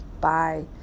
bye